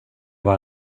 vara